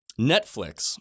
Netflix